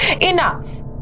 Enough